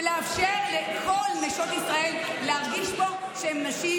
ולאפשר לכל נשות ישראל להרגיש פה שהן נשים